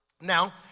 Now